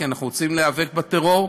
כי אנחנו רוצים להיאבק בטרור,